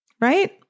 right